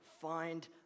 find